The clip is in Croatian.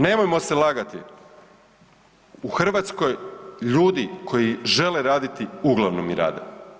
Nemojmo se lagati, u Hrvatskoj ljudi koji žele raditi uglavnom i rade.